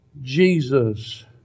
Jesus